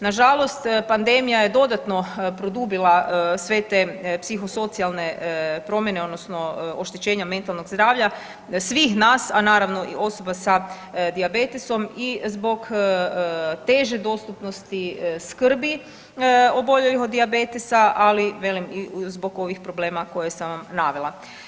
Nažalost pandemija je dodatno produbila sve te psihosocijalne promjene odnosno oštećenja mentalnog zdravlja svih nas, a naravno i osoba sa dijabetesom i zbog teže dostupnosti skrbi oboljelih od dijabetesa, ali velim i zbog ovih problema koje sam vam navela.